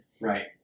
Right